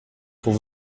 pour